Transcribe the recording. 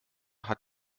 hat